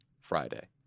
Friday